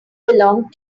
belong